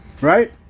right